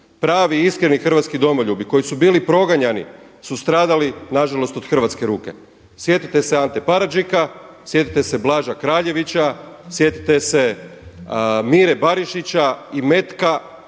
Pravi iskreni hrvatski domoljubi koji su bili proganjani su stradali na žalost od hrvatske ruke. Sjetite se Ante Paradžika, sjetite se Blaža Kraljevića, sjetite se Mire Barišića i metka u leđa